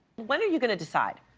when are you going to decide?